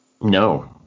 No